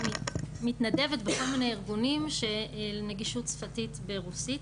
מתנדבת בכל מיני ארגונים של נגישות שפתית ברוסית,